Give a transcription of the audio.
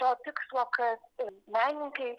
to tikslo kad menininkai